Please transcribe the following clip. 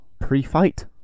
pre-fight